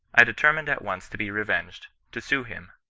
i determined at once to be revenged, to sue him,